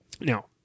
Now